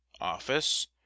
office